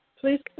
Please